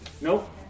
Nope